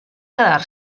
quedar